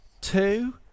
two